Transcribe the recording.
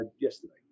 yesterday